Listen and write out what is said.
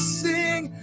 sing